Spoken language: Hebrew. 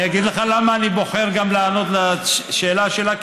ואני אגיד לך למה אני בוחר לענות על השאלה שלה,